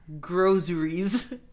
Groceries